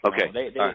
Okay